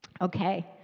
Okay